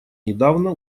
недавно